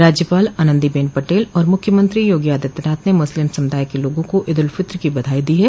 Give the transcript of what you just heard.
राज्यपाल आनंदीबेन पटेल और मुख्यमंत्री योगी आदित्यनाथ ने मुस्लिम समूदाय के लोगों को ईद उल फित्र की बधाई दी है